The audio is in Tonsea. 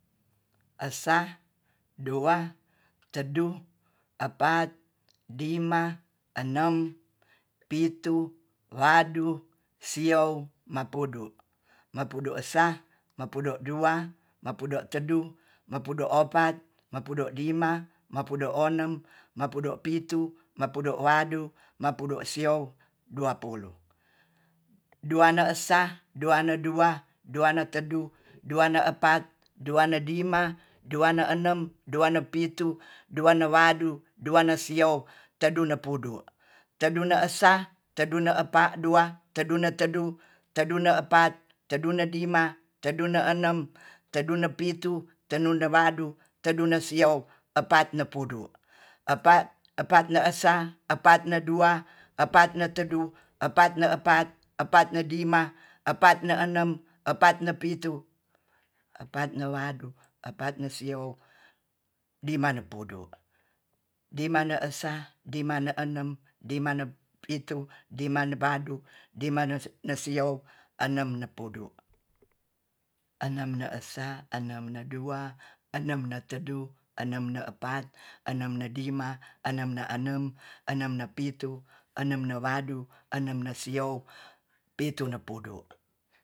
Esa dua tedu epat dima enem pitu wadu sio mapudu, mapudu esa mapudu dua mapudu tedu mapude epat mapudo lima mapudu enem maputu pitu maputu wadu mapudu sio duapulu, duane esa dua ne dua duane tedu dua ne tedu dua ne tedu dua ne epat duane lima dua ne enem duane pitu duane wadu duane sio tedu nepudu, tedu ne esa tedu ne epa dua tedu ne tedu tedu ne epat tedu ne lima tedune enam tedune pitu tedune wadu tedune sio epat ne pudu, epat ne esa epat ne dua epat ne tedu epat ne tedu epat ne epat epa ne lima epa ne enem epat ne pitu epat ne wadu epat ne siou diman pudu, diman ne esa dima ne enem dimane pitu dimane badu dimane nesio enemne pudu, enem ne esa enem ne dua enem tedu enem ne epat enem ne lima enem ne enem enemne pitu enemne wadu enemne siau pitune pudu